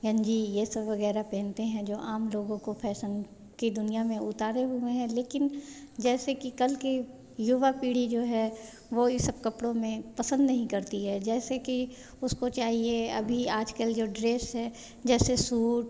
गंजी यह सब वग़ैरह पहनते हैं जो आम लोगों को फैसन की दुनियाँ में उतारे हुए हैं लेकिन जैसे की कल के युवा पीढ़ी जो है वह ये सब कपड़ों में पसंद नहीं करती है जैसे कि उसको चाहिए अभी आजकल जो ड्रेस है जैसे सूट